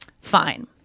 fine